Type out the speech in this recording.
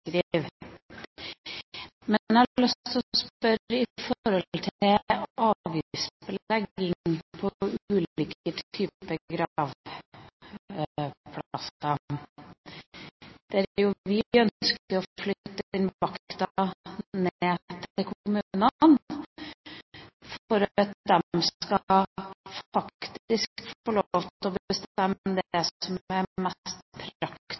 Men jeg har lyst til å spørre om avgiftsbelegging av ulike slags gravplasser. Vi ønsker å flytte den makten ned til kommunene, for at de skal få lov til å bestemme det som faktisk er mest